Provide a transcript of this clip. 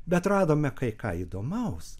bet radome kai ką įdomaus